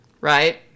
Right